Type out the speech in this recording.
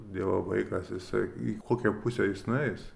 dievo vaikas jisai į kokią pusę jis nueis